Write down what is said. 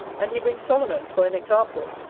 and he brings solomon for an example,